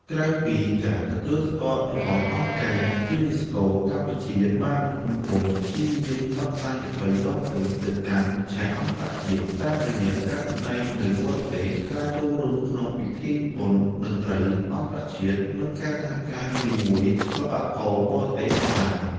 ក្រៅពីការទទួលស្គាល់របស់ អង្គការ UNESCO កម្ពុជាបាននឹងកំពុងព្យាយាមផ្សព្វផ្សាយចាប៉ីដងវែងទៅកាន់ឆាកអន្តរជាតិ តាមរយៈការសម្តែងនៅបរទេស ការចូលរួមក្នុងពិធីបុណ្យតន្ត្រីអន្តរជាតិ និងការសហការជាមួយសិល្បករបរទេសផងដែរ។